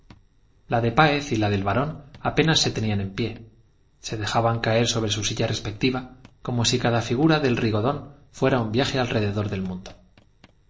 la de páez y la del barón apenas se tenían en pie se dejaban caer sobre su silla respectiva como si cada figura del rigodón fuera un viaje alrededor del mundo